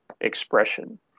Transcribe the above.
expression